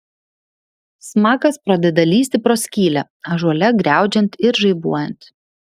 smakas pradeda lįsti pro skylę ąžuole griaudžiant ir žaibuojant